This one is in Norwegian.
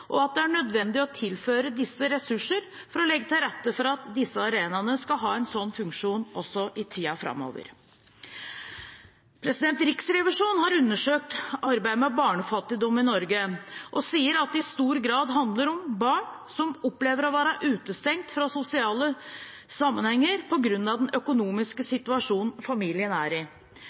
og at det er nødvendig å tilføre disse ressurser for å legge til rette for at disse arenaene skal ha en sånn funksjon også i tiden framover. Riksrevisjonen har undersøkt arbeidet med barnefattigdom i Norge og sier at det i stor grad handler om barn som opplever å være utestengt fra sosiale sammenhenger på grunn av den økonomiske situasjonen familien er i.